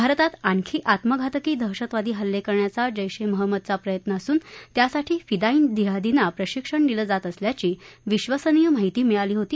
भारतात आणखी आत्मघातकी दहशतवादी हल्ले करण्याचा जैश ए महम्मदचा प्रयत्न असून त्यासाठी फिदाईन जिहार्दींना प्रशिक्षण दिलं जात असल्याची विश्वसनीय माहिती मिळाली होती